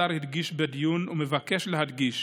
השר הדגיש בדיון, ומבקש להדגיש